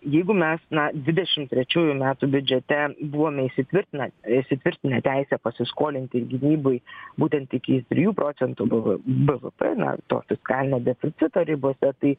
jeigu mes na dvidešim trečiųjų metų biudžete buvome įsitvirtina įsitvirtinę teisę pasiskolinti gynybai būtent iki trijų procentų bv bvp na to fiskalinio deficito ribose tai